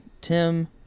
Tim